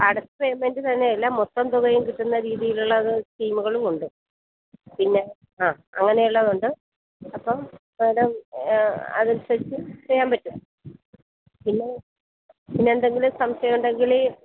അടച്ച പേമെൻറ്റ് തന്നെയല്ല മൊത്തം തുകയും കിട്ടുന്ന രീതിയിലുള്ളത് സ്കീമുകളുമുണ്ട് പിന്നെ ആ അങ്ങനെയുള്ളതു കൊണ്ട് അപ്പം മേഡം അതനുസരിച്ച് ചെയ്യാൻ പറ്റും പിന്നെ പിന്നെന്തെങ്കിലും സംശയമുണ്ടെങ്കിൽ